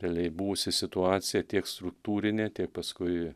realiai buvusi situacija tiek struktūrinė tiek paskui